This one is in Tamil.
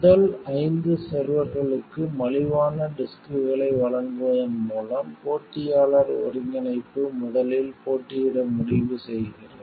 முதல் ஐந்து செர்வர்களுக்கு மலிவான டிஸ்க்களை வழங்குவதன் மூலம் போட்டியாளர் ஒருங்கிணைப்பு முதலில் போட்டியிட முடிவு செய்கிறது